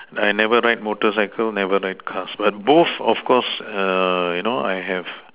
I never ride motorcycles never ride cars but both of course err you know I have